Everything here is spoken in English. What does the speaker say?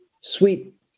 sweet